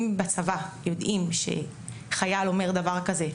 אם בצבא יודעים שחייל אומר דבר כזה,